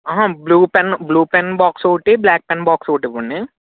అహా blue pen blue pen box ఒకటి black pen box ఒకటి ఇవ్వండి